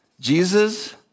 Jesus